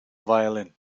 violin